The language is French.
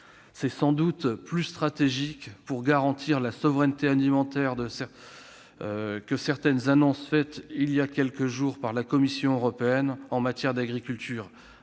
faire, sans doute plus stratégiques pour garantir notre souveraineté alimentaire que certaines annonces faites il y a quelques jours par la Commission européenne en matière agricole,